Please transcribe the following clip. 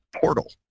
portal